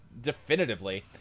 definitively